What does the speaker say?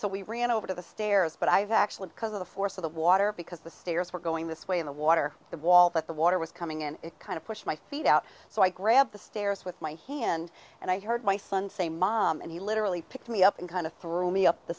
so we ran over to the stairs but i have actually because of the force of the water because the stairs were going this way in the water the wall that the water was coming in it kind of pushed my feet out so i grabbed the stairs with my hand and i heard my son say mom and he literally picked me up and kind of threw me up the